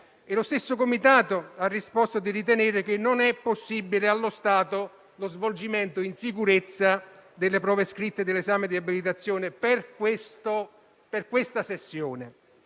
lo stesso Comitato ha risposto di ritenere che non è possibile, allo stato, lo svolgimento in sicurezza delle prove scritte dell'esame di abilitazione per questa sessione,